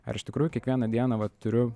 ar iš tikrųjų kiekvieną dieną va turiu